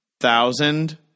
Thousand